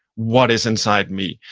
what is inside me?